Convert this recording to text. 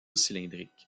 cylindrique